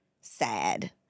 sad